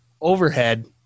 Overhead